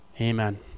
Amen